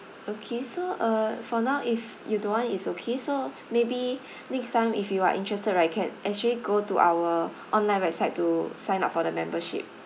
okay so uh for now if you don't want is okay so maybe next time if you are interested right can actually go to our online website to sign up for the membership